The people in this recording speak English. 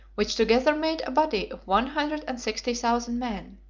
which together made a body of one hundred and sixty thousand men.